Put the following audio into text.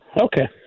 Okay